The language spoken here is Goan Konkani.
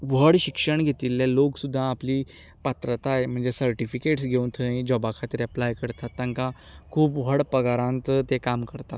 व्हड शिक्षण घेतिल्ले लोक सुद्दां आपली पात्रताय म्हणजे सर्टिफिकेट्स घेवन थंय जाॅबा खातीर अपलाय करतात तांकां खूब व्हड पगारान ते काम करतात